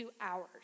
hours